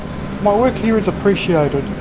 my work here is appreciated,